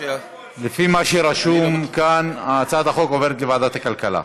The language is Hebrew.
לפי מה שכתוב כאן, הצעת החוק עוברת לוועדת הכלכלה.